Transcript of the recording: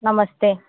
नमस्ते